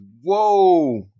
Whoa